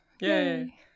Yay